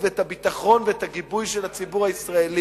ואת הביטחון ואת הגיבוי של הציבור הישראלי.